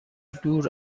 دور